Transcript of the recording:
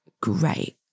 great